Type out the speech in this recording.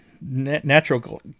natural